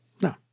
no